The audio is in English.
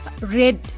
red